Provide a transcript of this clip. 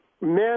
Men